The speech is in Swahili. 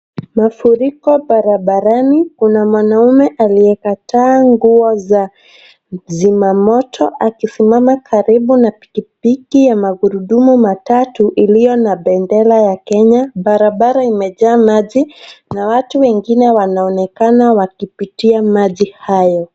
Mafuriko barabarani. Kuna mwanamume aliyekataa nguo za zimamoto akisimama karibu na pikipiki ya magurudumu matatu iliyo na bendera ya Kenya. Barabara imejaa maji na watu wengine wanaonekana wakipitia maji hayo.